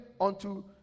unto